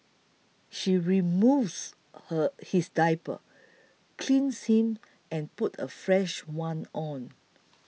she removes her his diaper cleans him and puts a fresh one on